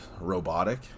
robotic